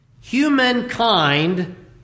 Humankind